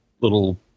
little